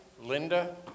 Linda